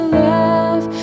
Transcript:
love